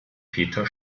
peter